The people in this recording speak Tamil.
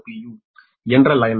u என்ற லைன்